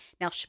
Now